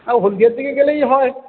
হলদিয়ার দিকে গেলেই হয়